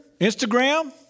Instagram